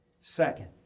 Second